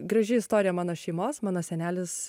graži istorija mano šeimos mano senelis